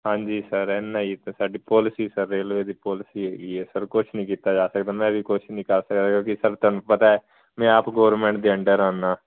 ਹਾਂਜੀ ਸਰ ਇਨਾ ਸਾਡੀ ਪੋਲਸੀ ਸਰ ਰੇਲਵੇ ਦੀ ਪੋਲਸੀ ਹੈਗੀ ਆ ਸਰ ਕੁਛ ਨਹੀਂ ਕੀਤਾ ਜਾ ਸਕਦਾ ਮੈਂ ਵੀ ਕੁਛ ਨਹੀਂ ਕਰ ਸਕਦਾ ਕਿਉਂਕਿ ਸਰ ਤੁਹਾਨੂੰ ਪਤਾ ਮੈਂ ਆਪ ਗੋਰਮੈਂਟ ਦੇ ਅੰਡਰ ਆਨਾ